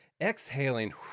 exhaling